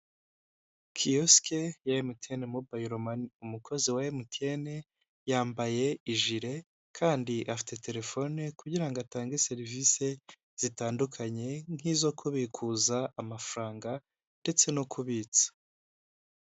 Kiyosike ya MTN mobayiro, umukozi wa MTN yambaye ijire kandi afite telefone, kugira ngo atange serivisi zitandukanye nk'izo kubikuza amafaranga ndetse no kubitsa.